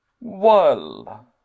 Well